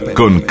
con